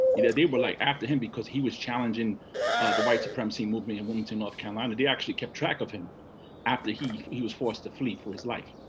you know they were like after him because he was challenging the white supremacy movement in wilmington, north carolina. they actually kept track of him after he he was forced to flee for his life.